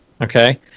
Okay